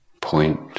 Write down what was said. point